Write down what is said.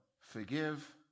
forgive